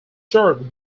served